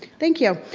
thank you.